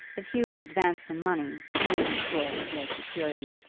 if hugh has advanced him money, you may be sure that he has security.